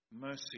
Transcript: Mercy